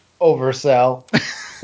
oversell